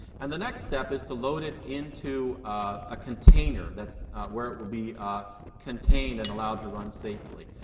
and the next step is to load it into a container. that's where it will be contained and allowed to run safely.